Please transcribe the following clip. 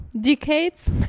decades